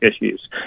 issues